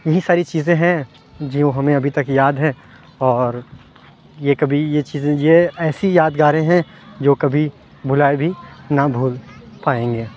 یہی ساری چیزیں ہیں جو ہمیں ابھی تک یاد ہے اور یہ کبھی یہ چیزیں یہ ایسی یادگاریں ہیں جو کبھی بھلائی بھی نہ بھول پائیں گے